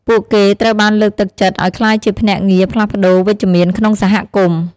ពួកគេត្រូវបានលើកទឹកចិត្តឱ្យក្លាយជាភ្នាក់ងារផ្លាស់ប្តូរ វិជ្ជមានក្នុងសហគមន៍។